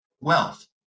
wealth